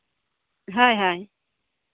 ᱦᱳᱭ ᱦᱳᱭ